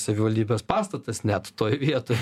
savivaldybės pastatas net toj vietoj